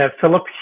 Philip